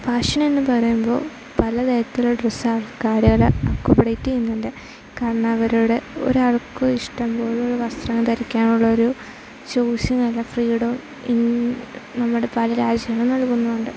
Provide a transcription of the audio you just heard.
fashion എന്നു പറയുമ്പോൾ പല തരത്തിലുള്ള ഡ്രസ്സ് ആൾക്കാരുകൾ അക്കോമഡേറ്റ് ചെയ്യുന്നുണ്ട് കാരണം അവരുടെ ഒരാൾക്കും ഇഷ്ടംപോലുള്ള വസ്ത്രം ധരിക്കാനുള്ളൊരു ച്യൂസ് ചെയ്യാനുള്ള ഫ്രീഡം നമ്മുടെ പല രാജ്യങ്ങളും നൽകുന്നുണ്ട്